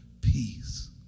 peace